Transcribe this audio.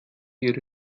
ihre